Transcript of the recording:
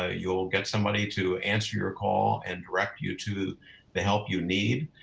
ah you'll get somebody to answer your call and direct you to the help you need.